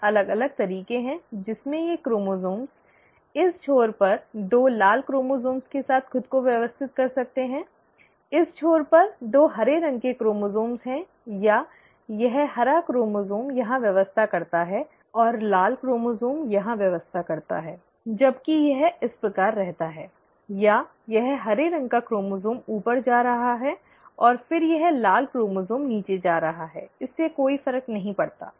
चार अलग अलग तरीके हैं जिसमें ये क्रोमोसोम्स इस छोर पर दो लाल क्रोमोसोम्स के साथ खुद को व्यवस्थित कर सकते हैं इस छोर पर दो हरे रंग के क्रोमोसोम्स हैं या यह हरा क्रोमोसोम यहां व्यवस्था करता है और लाल क्रोमोसोम यहां व्यवस्था करता है जबकि यह इस प्रकार रहता है या यह हरे रंग का क्रोमोसोम ऊपर जा रहा है और फिर यह लाल क्रोमोसोम नीचे जा रहा है इससे कोई फर्क नहीं पड़ता